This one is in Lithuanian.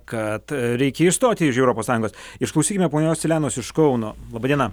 kad reikia išstoti iš europos sąjungos išklausykime ponios elenos iš kauno laba diena